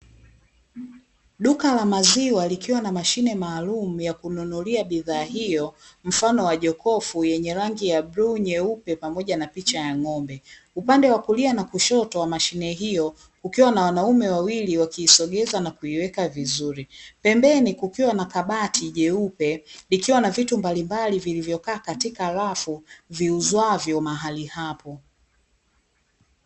Duka la maziwa likiwa na mashine maalumu ya kununulia bidhaa hiyo mfano wa jokofu yenye rangi ya bluu, nyeupe, pamoja na picha ya ng'ombe. Upande wa kulia na kushoto wa mashine hiyo kukiwa na wanaume wawili wakiisogeza na kuiweka vizuri. Pembeni kukiwa na kabati jeupe likiwa na vitu mbalimbali vilivyokaa katika rafu viuzwavyo mahali hapo.